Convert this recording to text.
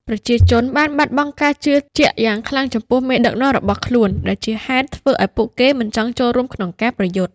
ប្រជាជនបានបាត់បង់ការជឿជាក់យ៉ាងខ្លាំងចំពោះមេដឹកនាំរបស់ខ្លួន ដែលជាហេតុធ្វើឲ្យពួកគេមិនចង់ចូលរួមក្នុងការប្រយុទ្ធ។